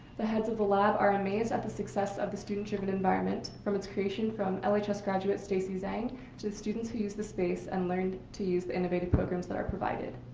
the heads of the lab are amazed at the success of the student driven environment, from its creation from like lhs graduate stacy zang to the students who use the space and learn to use the innovative programs that are provided.